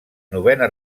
novena